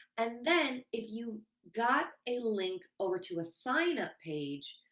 and then, if you've got a link over to a sign up page,